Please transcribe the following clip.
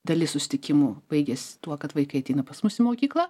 dalis susitikimų baigias tuo kad vaikai ateina pas mus į mokyklą